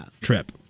trip